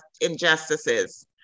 injustices